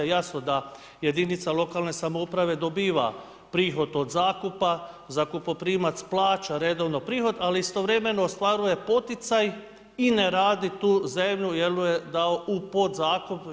Jasno da jedinica lokalne samouprave dobiva prihod od zakupa, zakupoprimac plaća redovno prihod, ali istovremeno ostvaruje poticaj i ne radi tu zemlju, jer ju je dao u podzakup.